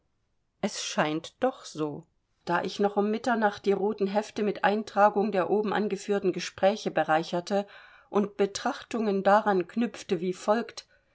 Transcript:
es scheint doch so da ich noch um mitternacht die roten hefte mit eintragung der oben angeführten gespräche bereicherte und betrachtungen daran knüpfte wie folgt